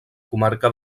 comarca